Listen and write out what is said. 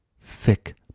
Thick